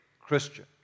Christian